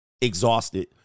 exhausted